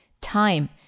time